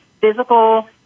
physical